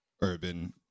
urban